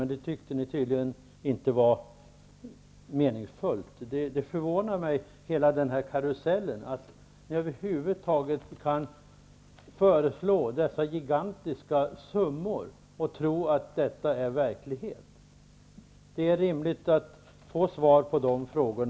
Men det tyckte ni tydligen inte var meningsfullt. I hela denna karusell förvånar det mig att ni över huvud taget kan föreslå dessa gigantiska summor och tro att detta är verklighet. Det är rimligt att få svar på dessa frågor.